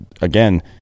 again